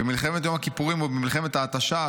במלחמת יום הכיפורים ובמלחמת ההתשה,